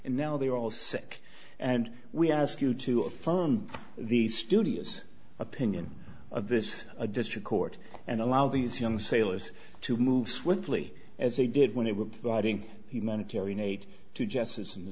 and now they are all sick and we ask you to affirm the studios opinion of this district court and allow these young sailors to move swiftly as they did when they were providing humanitarian aid to justice in th